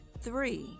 Three